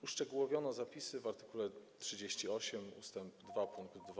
Uszczegółowiono zapisy w art. 38 ust. 2 pkt 2,